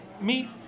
meet